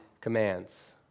commands